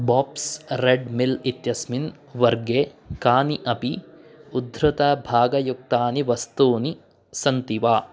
बोप्स् Red Mill इत्यस्मिन् वर्गे कानि अपि उद्धृतभागयुक्तानि वस्तूनि सन्ति वा